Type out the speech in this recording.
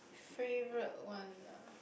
favourite one ah